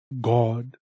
God